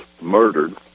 murdered